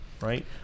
right